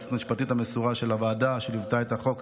ליועצת המשפטית המסורה של הוועדה שליוותה את החוק,